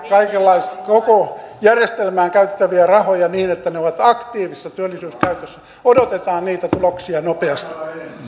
koko järjestelmään käytettäviä rahoja niin että ne ovat aktiivisessa työllisyyskäytössä odotetaan niitä tuloksia nopeasti